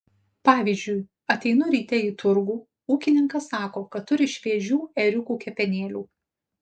pavyzdžiui ateinu ryte į turgų ūkininkas sako kad turi šviežių ėriukų kepenėlių